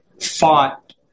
fought